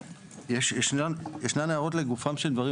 ישנן הערות לגופם של דברים,